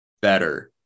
better